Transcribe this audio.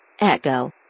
Echo